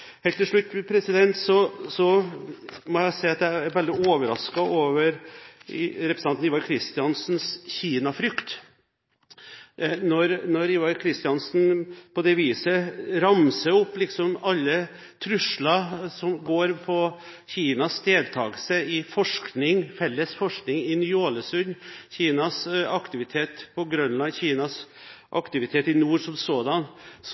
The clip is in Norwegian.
må jeg si at jeg er veldig overrasket over representanten Ivar Kristiansens Kina-frykt. Ivar Kristiansen ramser opp alle «trusler» ved Kinas deltakelse i felles forskning i Ny-Ålesund, Kinas aktivitet på Grønland, Kinas aktivitet i nord som sådan,